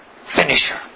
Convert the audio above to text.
finisher